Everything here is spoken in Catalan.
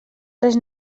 res